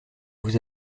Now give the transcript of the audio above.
vous